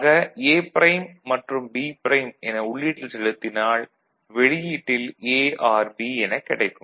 ஆக A prime மற்றும் B prime என உள்ளீட்டில் செலுத்தினால் வெளியீட்டில் A ஆர் B எனக் கிடைக்கும்